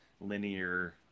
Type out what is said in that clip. linear